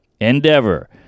Endeavor